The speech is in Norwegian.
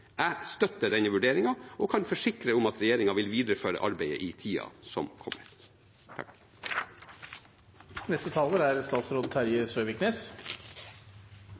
Jeg støtter denne vurderingen og kan forsikre om at regjeringen vil videreføre arbeidet i tiden som kommer.